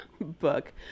book